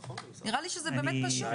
נראה לי שזה באמת פשוט.